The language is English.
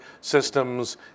systems